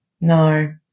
no